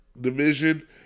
division